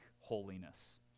holiness